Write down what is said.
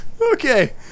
okay